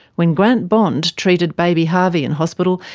when grant bond treated baby harvey in hospital,